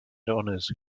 honors